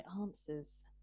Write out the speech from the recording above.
answers